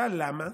למה?